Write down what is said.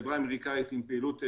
חברה אמריקאית עם פעילות בינלאומית,